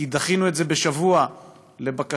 כי דחינו את זה בשבוע לבקשתו,